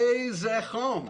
איזה חום.